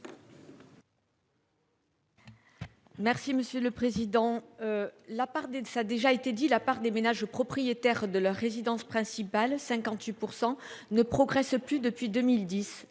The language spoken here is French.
Merci monsieur le président. La part des deux ça déjà été dit la part des ménages propriétaires de leur résidence principale 58% ne progresse plus. Depuis 2010,